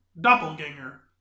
Doppelganger